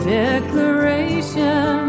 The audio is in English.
declaration